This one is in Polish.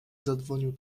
zadzwonił